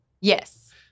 Yes